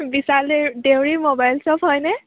বিছাল দে দেউৰী মোবাইল শ্বপ হয়নে